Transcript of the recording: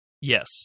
yes